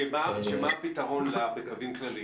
שמה הפתרון בה בקווים כלליים?